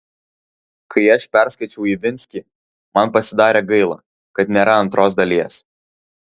kai aš perskaičiau ivinskį man pasidarė gaila kad nėra antros dalies